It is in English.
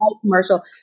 commercial